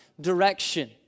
direction